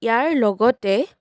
ইয়াৰ লগতে